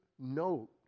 note